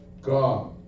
God